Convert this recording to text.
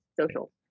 Social